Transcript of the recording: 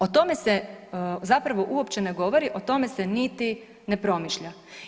O tome se zapravo uopće ne govori, o tome se niti ne promišlja.